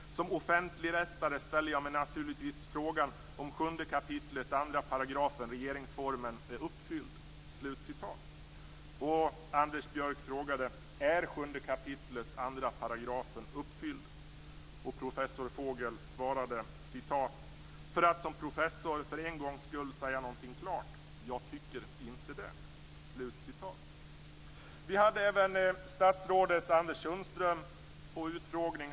Som offentligt rättare ställer jag mig naturligtvis frågan om 7 kap. 2 § regeringsformen är uppfylld." Anders Björck frågade då: "Är 7 kap. 2 § uppfylld?" Professor Vogel svarade: "För att som professor för en gångs skull säga någonting klart: Jag tycker inte det." Vi hade även statsrådet Anders Sundström på utfrågning.